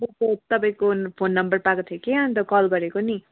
हजुर सर तपाईँको phone number पाएको थिएँ कि अन्त कल गरेको नि